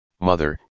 mother